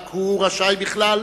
רק הוא רשאי בכלל